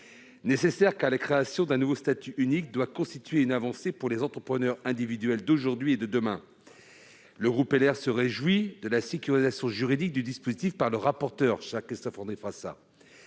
Nécessaires, car la création d'un nouveau statut unique doit constituer une avancée pour les entrepreneurs individuels d'aujourd'hui et de demain. Le groupe Les Républicains se réjouit ainsi de la sécurisation juridique du dispositif effectuée par le rapporteur